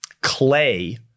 clay